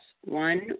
One